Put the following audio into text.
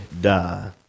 die